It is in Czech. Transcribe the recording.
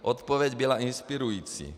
Odpověď byla inspirující.